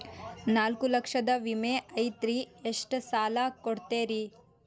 ನಾಲ್ಕು ಲಕ್ಷದ ವಿಮೆ ಐತ್ರಿ ಎಷ್ಟ ಸಾಲ ಕೊಡ್ತೇರಿ?